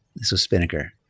this was spinnaker.